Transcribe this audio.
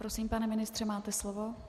Prosím, pane ministře, máte slovo.